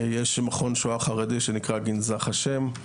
יש שמכון שואה החרדי שנקרא "גנזך השם",